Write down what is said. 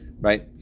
Right